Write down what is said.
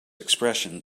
expression